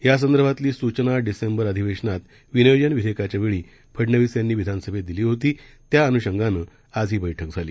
यासंदर्भातीलसूचनाडिसेंबरअधिवेशनातविनियोजनविधेयकाच्यावेळीफडनवीसयांनीविधानस भेतदिलीहोती त्यान्षंगानंआजहीबैठकझाली